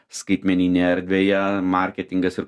skaitmeninėje erdvėje marketingas ir